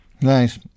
Nice